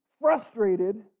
frustrated